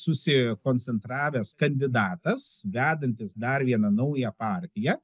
susikoncentravęs kandidatas vedantis dar vieną naują partiją